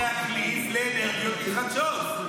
--- לתעשיות להחליף לאנרגיות מתחדשות.